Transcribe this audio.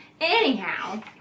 Anyhow